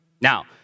Now